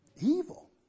Evil